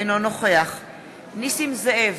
אינו נוכח נסים זאב,